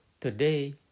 Today